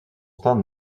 stand